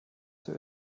zur